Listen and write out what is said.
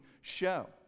show